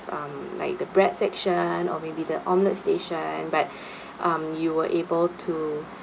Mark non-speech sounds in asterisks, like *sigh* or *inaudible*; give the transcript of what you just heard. um like the bread section or maybe the omelette station but *breath* um you were able to